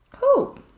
cool